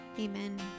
Amen